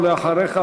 ואחריך,